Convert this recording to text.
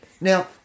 now